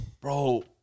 Bro